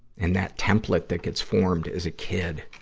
and that template that gets formed as a kid,